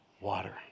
water